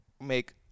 make